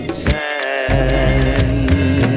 sand